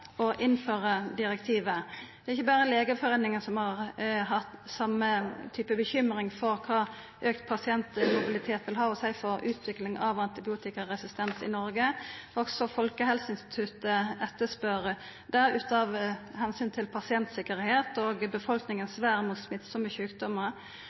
direktivet. Det er ikkje berre Legeforeningen som uttrykkjer uro for kva auka pasientmobilitet vil ha å seia for utvikling av antibiotikaresistens i Noreg. Også Folkehelseinstituttet etterspør det av omsyn til pasienttryggleik og